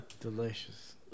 Delicious